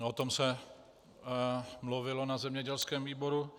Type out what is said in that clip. A o tom se mluvilo na zemědělském výboru.